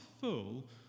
full